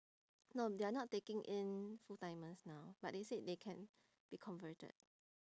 no they are not taking in full timers now but they said they can be converted